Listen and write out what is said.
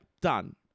Done